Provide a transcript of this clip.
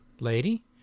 Lady